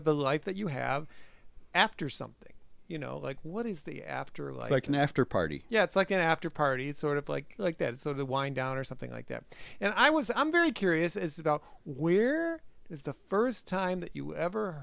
of the life that you have after something you know like what is the after like an after party yeah it's like an after party it's sort of like like that sort of wind down or something like that and i was i'm very curious as to where is the first time that you ever